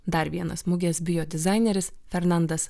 dar vienas mugės bijo dizaineris fernandas